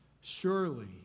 Surely